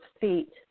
feet